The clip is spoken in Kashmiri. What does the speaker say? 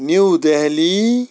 نِو دہلی